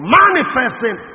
manifesting